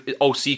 OC